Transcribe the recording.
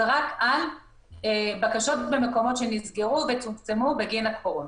רק זה בקשות על מקומות שנסגרו וצומצמו בגין הקורונה.